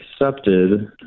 accepted